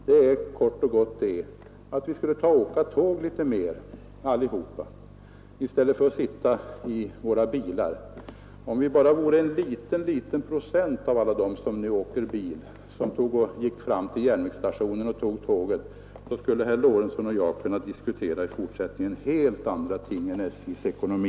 Det är kort och gott att vi allihop åkte tåg litet mer i stället för att sitta i våra bilar. Om bara en liten procent av alla som nu åker bil sökte sig fram till järnvägsstationen och tog tåget, skulle herr Lorentzon och jag i fortsättningen kunna diskutera helt andra ting än SJ:s ekonomi.